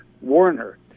Warner